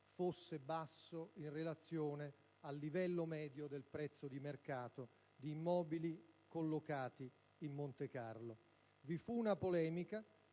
fosse basso, in relazione al livello medio del prezzo di mercato di immobili collocati in Montecarlo. Vi fu una polemica